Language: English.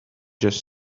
just